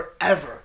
forever